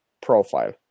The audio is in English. profile